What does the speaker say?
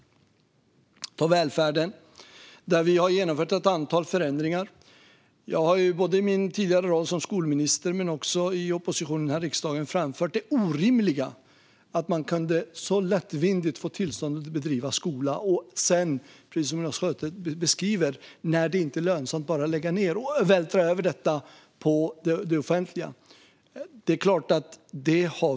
Inom välfärden har vi genomfört ett antal förändringar. Jag har både i min tidigare roll som skolminister och i opposition här i riksdagen framhållit det orimliga i att man så lättvindigt kunde få tillstånd att bedriva skola och sedan, precis som Jonas Sjöstedt beskriver, när det inte är lönsamt bara lägga ned och vältra över ansvaret på det offentliga.